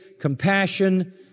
compassion